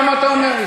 למה אתה אומר?